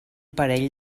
parell